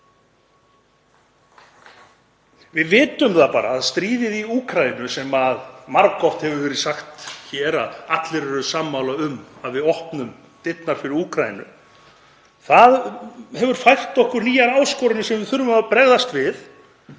Við vitum bara að stríðið í Úkraínu — margoft hefur verið sagt hér að allir eru sammála um að opna dyrnar fyrir Úkraínu — hefur fært okkur nýjar áskoranir sem við þurfum að bregðast við,